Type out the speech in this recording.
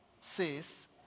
says